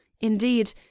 indeed